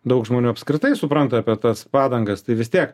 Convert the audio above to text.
daug žmonių apskritai supranta apie tas padangas tai vis tiek